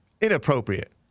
Inappropriate